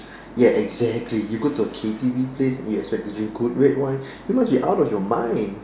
ya exactly you go to a K_T_V place and you expect to drink good red wine you must be out of your mind